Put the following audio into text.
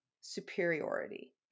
superiority